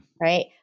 Right